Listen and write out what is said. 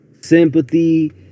sympathy